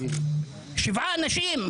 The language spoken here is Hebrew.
שבעה אנשים,